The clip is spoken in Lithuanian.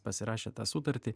pasirašė tą sutartį